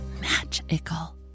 magical